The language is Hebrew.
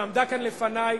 שעמדה כאן לפני,